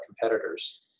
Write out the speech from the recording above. competitors